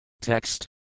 Text